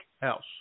House